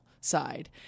side